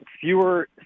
fewer